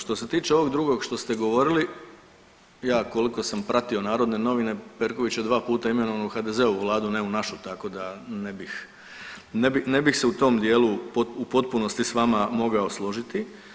Što se tiče ovog drugog što ste govorili, ja koliko sam pratio Narodne novine Perković je 2 puta imenovan u HDZ-ovu vladu ne u našu, tako da ne bih, ne bih se u tom dijelu u potpunosti s vama mogao složiti.